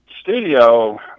studio